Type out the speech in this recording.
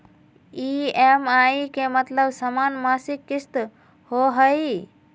EMI के मतलब समान मासिक किस्त होहई?